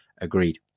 Agreed